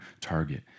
target